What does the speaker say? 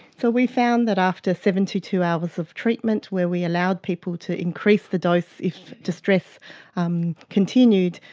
so we found that after seventy two hours of treatment where we allowed people to increase the dose if distress um continued,